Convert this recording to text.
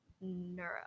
neuro